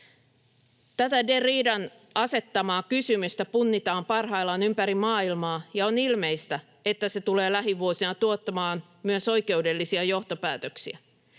Tätä Derridan asettamaa kysymystä punnitaan parhaillaan ympäri maailmaa, ja on ilmeistä, että se tulee lähivuosina tuottamaan myös oikeudellisia johtopäätöksiä.